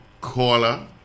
caller